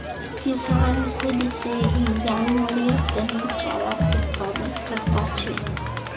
किसान खुद से ही जानवरेर तने चारार उत्पादन करता छे